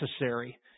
necessary